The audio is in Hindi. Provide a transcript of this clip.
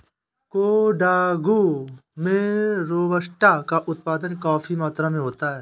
कोडागू में रोबस्टा का उत्पादन काफी मात्रा में होता है